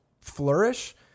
flourish